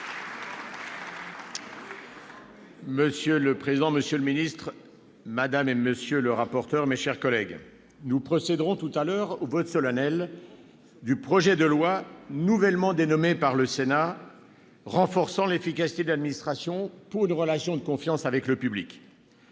Monsieur le président, monsieur le secrétaire d'État, madame, monsieur les rapporteurs, mes chers collègues, nous procéderons tout à l'heure au vote solennel du projet de loi nouvellement dénommé au Sénat « renforçant l'efficacité de l'administration pour une relation de confiance avec le public